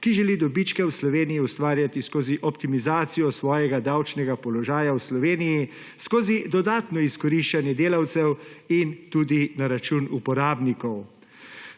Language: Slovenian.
ki želi dobičke v Sloveniji ustvarjati skozi optimizacijo svojega davčnega položaja v Sloveniji, skozi dodatno izkoriščanje delavcev in tudi na račun uporabnikov.